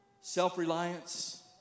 self-reliance